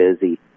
busy